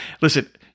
Listen